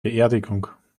beerdigung